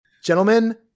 Gentlemen